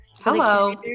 Hello